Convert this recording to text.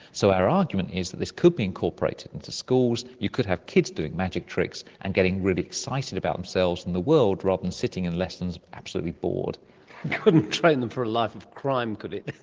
so our argument is that this could be incorporated into schools, you could have kids doing magic tricks and getting really excited about themselves and the world rather than sitting in lessons absolutely bored. it couldn't train them for a life of crime, could it?